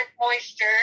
moisture